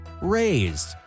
raised